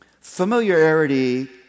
familiarity